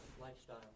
Lifestyle